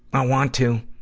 i want to,